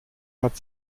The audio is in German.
hat